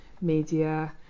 media